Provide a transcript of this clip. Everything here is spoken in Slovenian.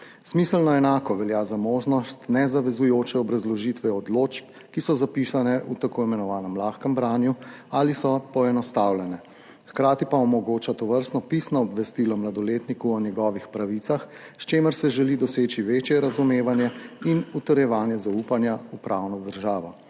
Smiselno enako velja za možnost nezavezujoče obrazložitve odločb, ki so zapisane v tako imenovanem lahkem branju ali so poenostavljene. Hkrati pa omogoča tovrstno pisno obvestilo mladoletniku o njegovih pravicah, s čimer se želi doseči večje razumevanje in utrjevanje zaupanja v pravno državo.